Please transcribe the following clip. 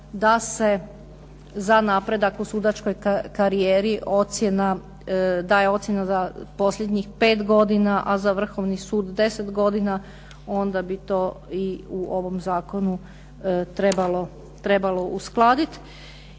da se za napredak u sudačkoj karijeri ocjena, daje ocjena za posljednjih 5 godina, a za Vrhovni sud 10 godina, onda bi to i u ovom zakonu trebalo uskladiti.